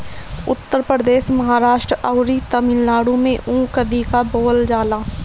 उत्तर प्रदेश, महाराष्ट्र अउरी तमिलनाडु में ऊख अधिका बोअल जाला